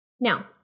Now